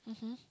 mmhmm